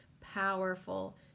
powerful